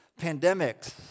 pandemics